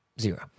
Zero